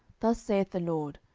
thus saith the lord,